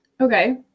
Okay